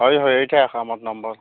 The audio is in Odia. ହଉ ହଇ ଏଇଟା ଆମର ନମ୍ବର